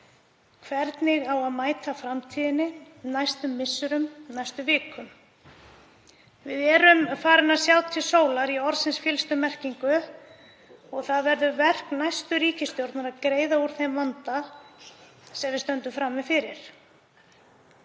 hvernig mæta eigi framtíðinni á næstu misserum, næstu vikum. Við erum farin að sjá til sólar í orðsins fyllstu merkingu og það verður verk næstu ríkisstjórnar að greiða úr þeim vanda sem við stöndum frammi fyrir.